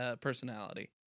personality